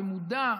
במודע,